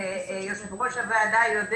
ויושב-ראש הוועדה יודע